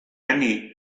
anni